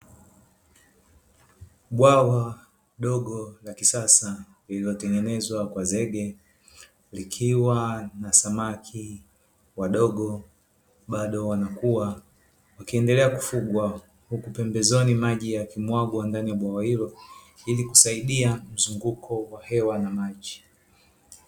Bwawa dogo la kisasa lililotengenezwa kwa zege, likiwa na samaki wadogo bado wanakua, wakiendelea kufugwa, huku pembezoni wakiendelea kufugwa ndani ya bwawa hilo ili kusaidia mzunguko wa hewa na maji.